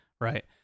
right